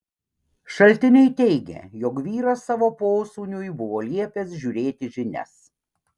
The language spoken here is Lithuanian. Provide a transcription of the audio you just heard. šaltiniai teigė jog vyras savo posūniui buvo liepęs žiūrėti žinias